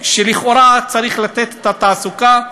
שלכאורה צריך לתת תעסוקה,